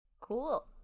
cool